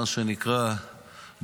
מה שנקרא,